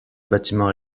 bâtiment